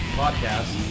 podcast